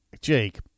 Jake